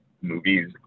movies